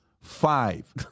five